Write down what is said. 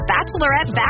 Bachelorette